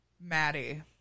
Maddie